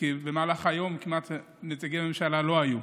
כי במהלך היום נציגי הממשלה כמעט לא היו.